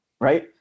right